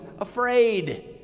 afraid